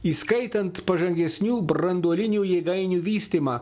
įskaitant pažangesnių branduolinių jėgainių vystymą